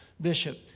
Bishop